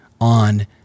on